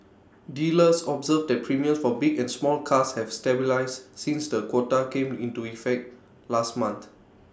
dealers observed that premiums for big and small cars have stabilised since the quota came into effect last month